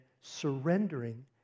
surrendering